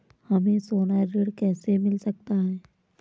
हमें सोना ऋण कैसे मिल सकता है?